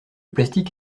plastique